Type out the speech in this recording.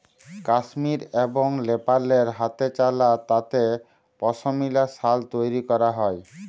কাশ্মীর এবং লেপালে হাতেচালা তাঁতে পশমিলা সাল তৈরি ক্যরা হ্যয়